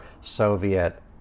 Soviet